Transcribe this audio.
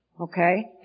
Okay